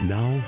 Now